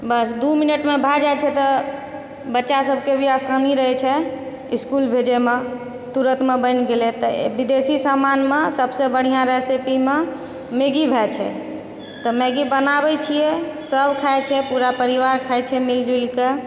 बस दू मिनटमे भऽ जाइ छै तऽ बच्चा सबके भी आसानी रहै छै इसकुल भेजैमे तुरन्तमे बनि गेलै तऽ विदेशी सामानमे सबसँ बढ़िआँ रेसीपीमे मैगी भऽ जाइ छै तऽ मैगी बनाबै छिए सब खाइ छै पूरा परिवार खाइ छै मिल जुलिकऽ